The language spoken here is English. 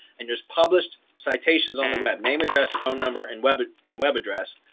and just published citations on the web name, address, phone number, and web and web address,